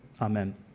amen